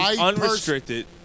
Unrestricted